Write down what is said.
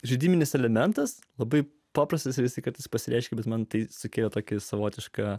žaidybinis elementas labai paprastas visi kad jis pasireiškia bet man tai sukėlė tokį savotišką